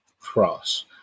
cross